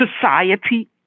society